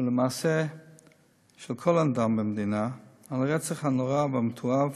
ולמעשה של כל אדם במדינה, מהרצח הנורא והמתועב